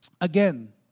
again